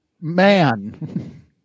man